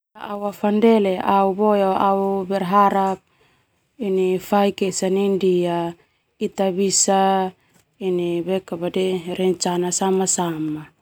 Au berharap faik esa nai ndia ita bisa rencana sama-sama.